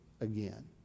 again